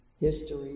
history